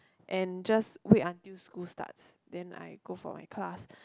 and just wait until school starts then I go for my class